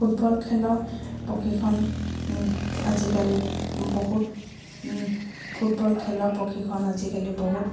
football খেলৰ প্ৰশিক্ষণ আজিকালি বহুত ফুটবল খেলৰ প্ৰশিক্ষণ আজিকালি বহুত